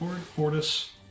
Fortis